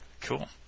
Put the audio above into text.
Cool